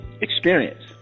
experience